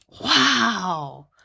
Wow